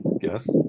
Yes